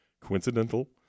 Coincidental